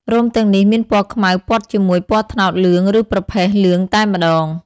រោមទាំងនេះមានពណ៌ខ្មៅព័ទ្ធជាមួយពណ៌ត្នោតលឿង ឬប្រផេះលឿងតែម្ដង។